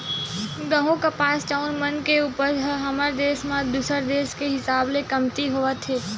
गहूँ, कपास, चाँउर मन के उपज ह हमर देस म दूसर देस के हिसाब ले कमती होवत हे